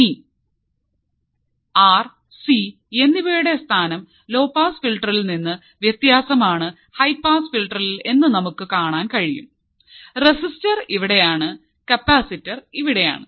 ഇനി R C എന്നിവയുടെ സ്ഥാനം ലോ പാസ് ഫിൽട്ടറിൽ നിന്ന് വ്യത്യസ്തമാണ് ഹൈ പാസ് ഫിൽട്ടറിൽ എന്ന് നമുക്ക് കാണാൻ കഴിയും റെസിസ്റ്റർ ഇവിടെയാണ് കപ്പാസിറ്റർ ഇവിടെയാണ്